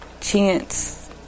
chance